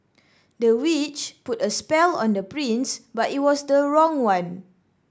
the witch put a spell on the prince but it was the wrong one